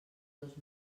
dos